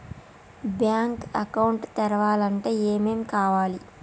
Bank account తెరవాలంటే ఏమేం కావాలి?